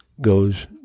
goes